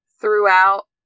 throughout